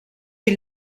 est